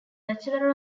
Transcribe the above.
bachelor